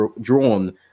drawn